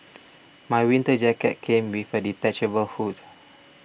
my winter jacket came with a detachable hood